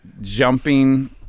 jumping